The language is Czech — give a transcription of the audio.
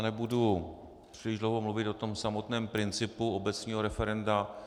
Nebudu příliš dlouho mluvit o samotném principu obecného referenda.